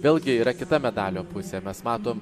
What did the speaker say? vėlgi yra kita medalio pusė mes matom